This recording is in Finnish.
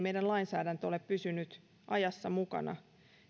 meidän lainsäädäntö ole pysynyt ajassa mukana